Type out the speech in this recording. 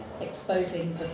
Exposing